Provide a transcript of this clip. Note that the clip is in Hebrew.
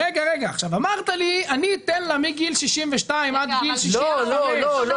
אמרת לי שאתה תיתן לה מגיל 62 עד גיל 65. לא.